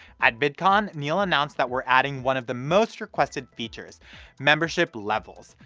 at vidcon, neal announced that we're adding one of the most-requested features membership levels.